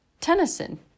Tennyson